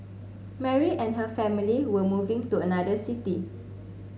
Mary and her family were moving to another city